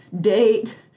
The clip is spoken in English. date